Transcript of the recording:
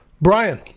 Brian